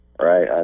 right